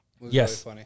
yes